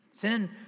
Sin